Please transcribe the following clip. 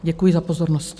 Děkuji za pozornost.